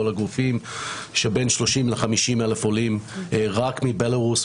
הגופים של בין 30,000-50,000 עולים רק מבלרוס,